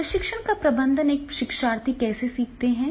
अब शिक्षण का प्रबंधन एक शिक्षार्थी कैसे सीखता है